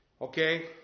Okay